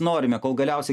norime kol galiausiai